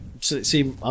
see